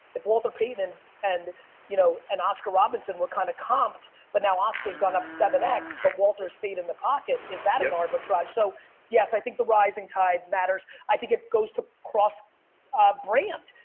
if walter payton and and you know, and oscar robertson were kinda comped but now oscar's gone up seven x but walter stayed in the pocket. is that an arbitrage? yep. so yes, i think the rising tide matters. i think it goes to cross a brand.